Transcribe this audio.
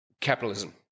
capitalism